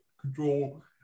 control